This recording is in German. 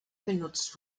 benutzt